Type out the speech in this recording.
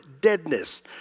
deadness